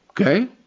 Okay